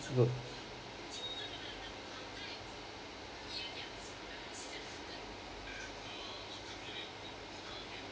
good